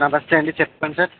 నమస్తే అండి చెప్పండి సార్